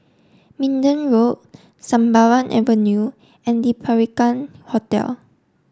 Minden Road Sembawang Avenue and Le Peranakan Hotel